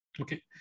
Okay